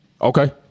okay